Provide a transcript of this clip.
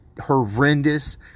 horrendous